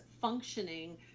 functioning